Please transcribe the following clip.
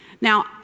Now